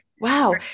Wow